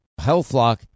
HealthLock